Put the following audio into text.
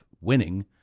winning